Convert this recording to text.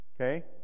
okay